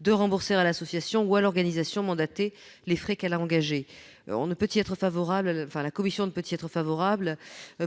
de rembourser à l'association ou à l'organisation mandatée les frais qu'elle a engagés. La commission ne peut y être favorable,